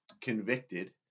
convicted